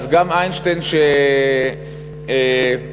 אז איינשטיין גם אמר,